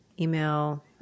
email